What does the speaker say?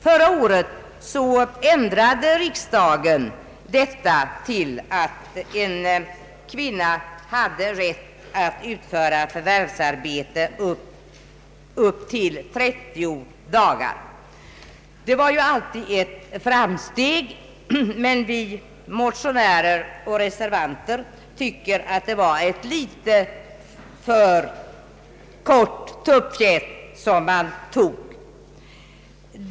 Förra året ändrade riksdagen detta till att en kvinna skulle ha rätt att utföra förvärvsarbete upp till 30 dagar. Det vär ju alltid ett framsteg, men vi motionärer och reservanter tycker att man tog ett för kort tuppfjät.